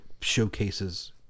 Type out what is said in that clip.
showcases